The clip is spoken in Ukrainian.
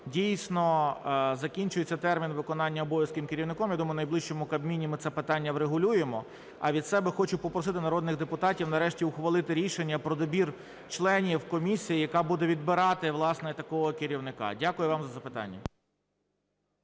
Дійсно, закінчується термін виконання обов'язків керівником, я думаю, на найближчому Кабміні ми це питання врегулюємо. А від себе хочу попростити народних депутатів нарешті ухвалити рішення про добір членів в комісію, яка буде відбирати, власне, такого керівника. Дякую вам за запитання.